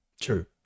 True